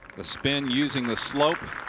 the spin using the slope.